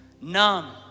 Numb